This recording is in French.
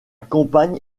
compagne